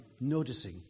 noticing